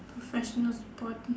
professional sport